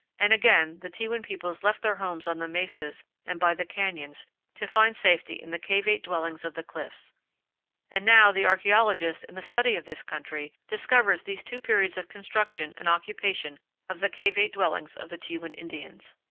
and again the tewan peoples left their homes on the mesas and by the canyons to find safety in the cavate dwellings of the cliffs and now the archaeologist in the study of this country discovers these two periods of construction and occupation of the cavate dwellings of the tewan indians.